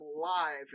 live